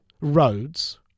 roads